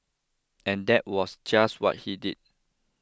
and that was just what he did